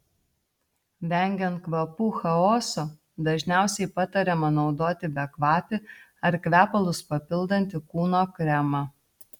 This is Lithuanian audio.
vengiant kvapų chaoso dažniausiai patariama naudoti bekvapį ar kvepalus papildantį kūno kremą